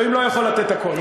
אלוהים לא יכול לתת את הכול.